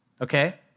okay